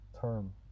term